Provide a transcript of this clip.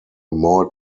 more